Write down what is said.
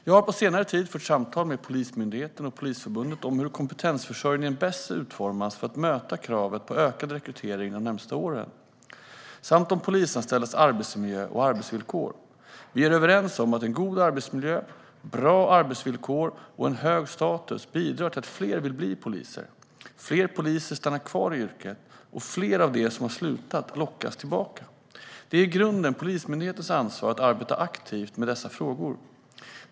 Jag har på senare tid fört samtal med Polismyndigheten och Polisförbundet om hur kompetensförsörjningen bäst ska utformas för att möta kravet på ökad rekrytering de närmaste åren samt om polisanställdas arbetsmiljö och arbetsvillkor. Vi är överens om att god arbetsmiljö, bra arbetsvillkor och hög status bidrar till att fler vill bli poliser, att fler poliser stannar kvar i yrket och att fler av dem som har slutat lockas tillbaka. Det är i grunden Polismyndighetens ansvar att arbeta aktivt med dessa frågor.